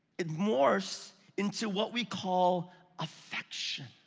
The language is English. it morphs into what we call affection.